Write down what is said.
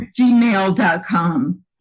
gmail.com